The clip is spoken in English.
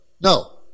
No